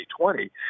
2020